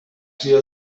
sido